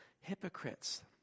hypocrites